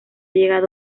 llegado